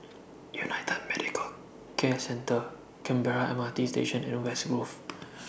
United Medicare Centre Canberra M R T Station and West Grove